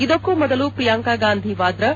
ಇದಕ್ಕೂ ಮೊದಲು ಪ್ರಿಯಾಂಕಾ ಗಾಂಧಿ ವಾದ್ರಾ